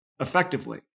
effectively